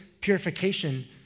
Purification